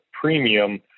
premium